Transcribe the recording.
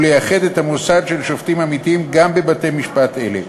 ולייחד את המוסד של שופטים עמיתים גם בבתי-משפט אלה.